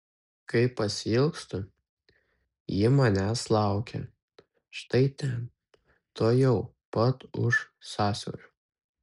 kai pasiilgstu ji manęs laukia štai ten tuojau pat už sąsiaurio